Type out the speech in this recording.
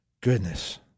Goodness